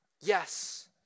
Yes